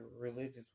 religious